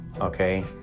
okay